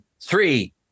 three